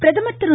பிரதமர் திரு